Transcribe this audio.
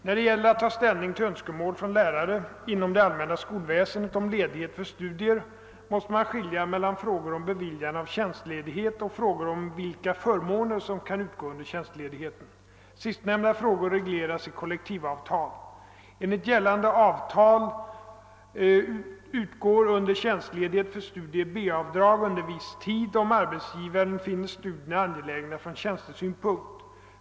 När det gäller att ta ställning till önskemål från lärare inom det allmänna skolväsendet om ledighet för studier måste man skilja mellan frågor om beviljande av tjänstledighet och frågor om vilka förmåner som kan utgå under tjänstledigheten. Sistnämnda frågor regleras i kollektivavtal. Enligt gällande avtal utgår under tjänstledighet för studier B-avdrag under viss tid om arbetsgivaren finner studierna angelägna från tjänstesynpunkt.